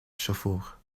chauffour